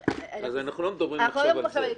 אנחנו לא מדברים עכשיו על זה.